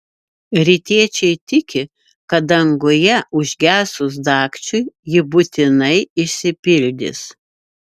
rytiečiai tiki kad danguje užgesus dagčiui ji būtinai išsipildys